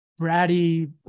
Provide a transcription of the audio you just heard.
bratty